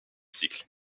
cycle